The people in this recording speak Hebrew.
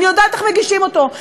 אני יודעת איך מגישים אותו,